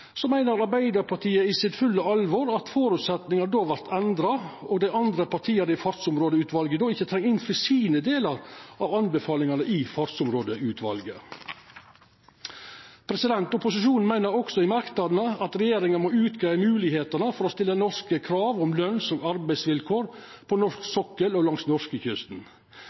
meiner Arbeidarpartiet i fullt alvor at føresetnadene då vart endra, og at dei andre partane i Fartsområdeutvalet då ikkje treng innfri sine delar av anbefalingane i Fartsområdeutvalet. Opposisjonen meiner òg i merknadene at regjeringa må greia ut moglegheitene for å stilla norske krav om løns- og arbeidsvilkår på norsk sokkel og langs